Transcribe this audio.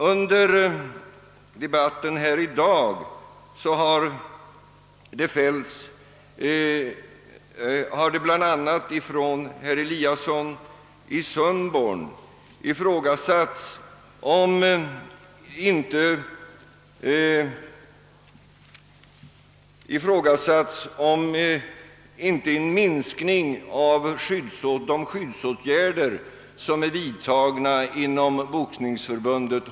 Under debatten här i dag har bl.a. herr Eliasson i Sundborn ifrågasatt om inte en minskning håller på att ske i fråga om de skyddsåtgärder som är vidtagna inom Boxningsförbundet.